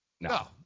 No